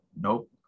nope